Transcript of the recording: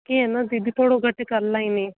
की अञा दीदी थोरो घटि ॻाल्हाईंदी